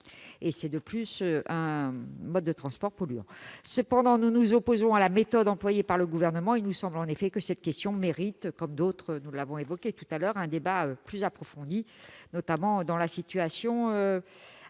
c'est un mode de transport polluant. Cependant, nous nous opposons à la méthode employée par le Gouvernement. Il nous semble en effet que cette question mérite, comme d'autres, un débat plus approfondi, notamment dans la situation